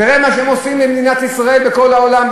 תראה מה שהם עושים למדינת ישראל בכל העולם,